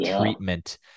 treatment